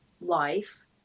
life